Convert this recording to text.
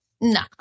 nah